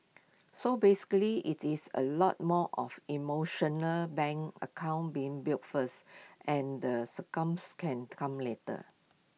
so basically IT is A lot more of emotional bank account being built first and the can come later